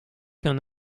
qu’un